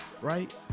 right